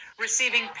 receiving